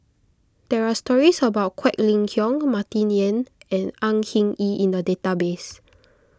there are stories about Quek Ling Kiong Martin Yan and Au Hing Yee in the database